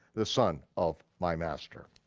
the son of my master.